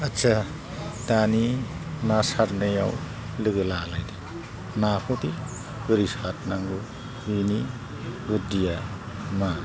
आदसा दानि ना सारनायाव लोगो लालायदों नाखौदि बोरै सारनांगौ बिनि बुद्दिया मा